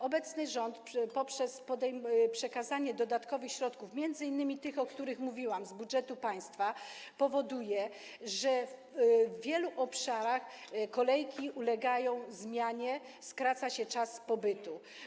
Obecny rząd przez przekazanie dodatkowych środków, m.in. tych, o których mówiłam, z budżetu państwa powoduje, że w wielu obszarach kolejki ulegają zmianie, skraca się czas pobytu.